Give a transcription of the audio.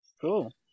Cool